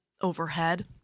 overhead